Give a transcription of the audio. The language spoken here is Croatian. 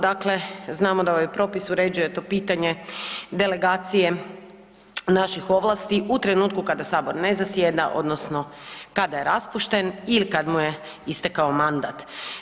Dakle, znamo da ovaj propis uređuje to pitanje delegacije naših ovlasti u trenutku kada sabor ne zasjeda odnosno kada je raspušten ili kad mu je istekao mandat.